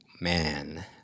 man